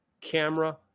camera